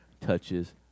touches